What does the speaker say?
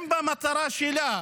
אם המטרה שלה,